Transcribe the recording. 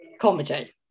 comedy